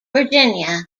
virginia